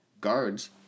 guards